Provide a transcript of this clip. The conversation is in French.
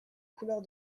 couleurs